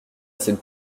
cette